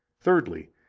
Thirdly